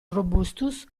robustus